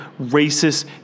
racist